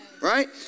right